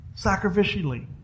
Sacrificially